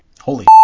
Holy